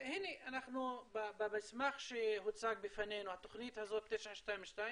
והנה, במסמך שהוצג בפנינו, התוכנית הזאת 922,